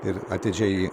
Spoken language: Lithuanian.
ir atidžiai